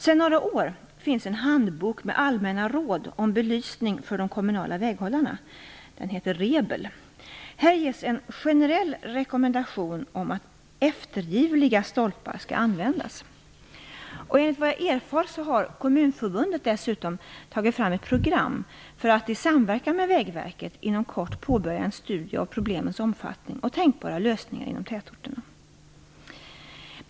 Sedan några år finns en handbok med allmänna råd om belysning för de kommunala väghållarna, REBEL. Här ges en generell rekommendation om att eftergivliga stolpar skall användas. Enligt vad jag erfarit har Kommunförbundet dessutom tagit fram ett program för att, i samverkan med Vägverket, inom kort påbörja en studie av problemens omfattning och tänkbara lösningar inom tätorterna.